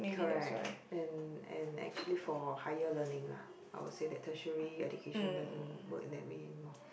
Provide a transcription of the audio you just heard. correct and and actually for higher learning lah I would say that treasury education doesn't work in that way anymore